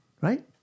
right